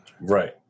Right